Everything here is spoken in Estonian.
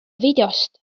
videost